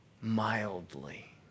mildly